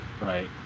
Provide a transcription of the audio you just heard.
Right